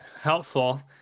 helpful